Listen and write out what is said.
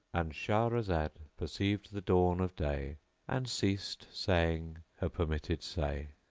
and shahrazad perceived the dawn of day and ceased saying her per misted say.